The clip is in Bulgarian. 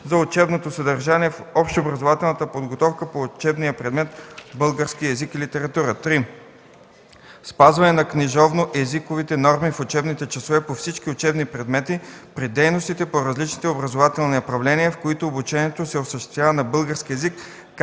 за учебното съдържание в общообразователната подготовка по учебния предмет „Български език и литература”; 3. спазване на книжовно езиковите норми в учебните часове по всички учебни предмети, при дейностите по различните образователни направления, в които обучението се осъществява на български език,